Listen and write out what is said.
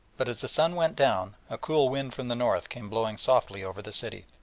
but as the sun went down, a cool wind from the north came blowing softly over the city.